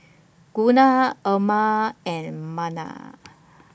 Gunnar Irma and Merna